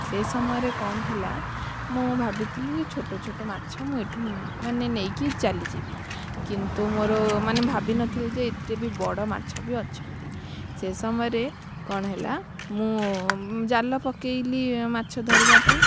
ସେ ସମୟରେ କ'ଣ ହେଲା ମୁଁ ଭାବିଥିଲି ଯେ ଛୋଟ ଛୋଟ ମାଛ ମୁଁ ଏଠୁ ମାନେ ନେଇକି ଚାଲିଯିବି କିନ୍ତୁ ମୋର ମାନେ ଭାବିନଥିଲି ଯେ ଏଥିରେ ବି ବଡ଼ ମାଛ ବି ଅଛନ୍ତି ସେ ସମୟରେ କ'ଣ ହେଲା ମୁଁ ଜାଲ ପକେଇଲି ମାଛ ଧରିବା ପାଇଁ